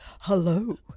hello